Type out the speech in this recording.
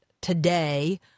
today